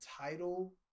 title